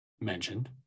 mentioned